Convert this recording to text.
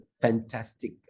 fantastic